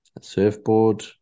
surfboard